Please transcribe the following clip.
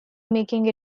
making